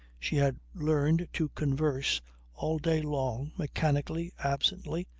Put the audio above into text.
she had learned to converse all day long, mechanically, absently,